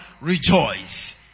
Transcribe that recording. Rejoice